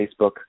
Facebook